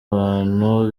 abantu